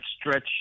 stretch